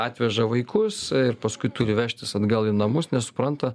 atveža vaikus paskui turi vežtis atgal į namus nesuprantu